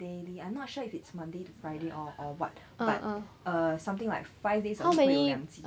daily I'm not sure if it's monday to friday or or what but uh something like five days a week 会有两级